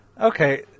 Okay